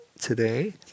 today